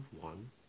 one